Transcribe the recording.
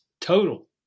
total